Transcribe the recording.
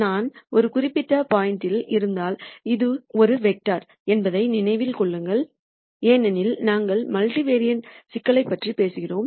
நான் ஒரு குறிப்பிட்ட பாயிண்ட்யில் இருந்தால் இதுவும் ஒரு வெக்டார் என்பதை நினைவில் கொள்ளுங்கள் ஏனெனில் நாங்கள் மல்டிவேரியேட் சிக்கல்களைப் பற்றி பேசுகிறோம்